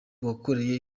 wakoreye